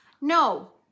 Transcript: No